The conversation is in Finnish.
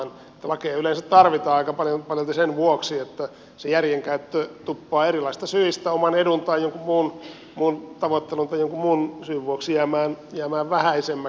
mutta lakeja yleensä tarvitaan aika paljolti sen vuoksi että se järjen käyttö tuppaa erilaisista syistä oman edun tavoittelun tai jonkun muun syyn vuoksi jäämään vähäisemmäksi